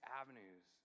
avenues